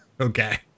Okay